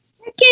Okay